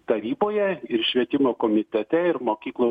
taryboje ir švietimo komitete ir mokyklų